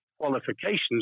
qualifications